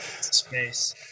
space